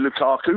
Lukaku